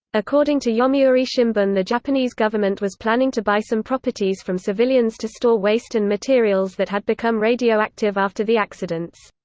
according to yomiuri shimbun the japanese government was planning to buy some properties from civilians to store waste and materials that had become radioactive after the accidents.